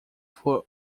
for